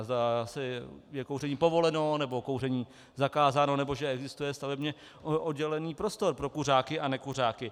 Zda je kouření povoleno, nebo kouření zakázáno, nebo že existuje stavebně oddělený prostor pro kuřáky a nekuřáky.